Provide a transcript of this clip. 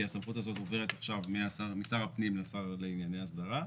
כי הסמכות הזאת עוברת עכשיו משר הפנים לשר לענייני הסדרה.